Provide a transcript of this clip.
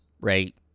right